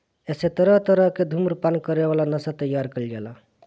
एसे तरह तरह के धुम्रपान करे वाला नशा तइयार कईल जाला